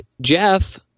Jeff